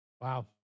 Wow